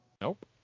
Nope